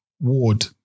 ward